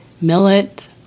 millet